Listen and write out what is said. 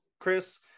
Chris